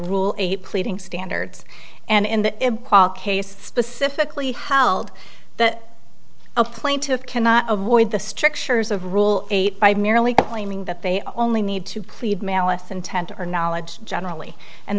rule eight pleading standards and in the case specifically howled that a plaintive cannot avoid the strictures of rule eight by merely claiming that they only need to plead malice intent or knowledge generally and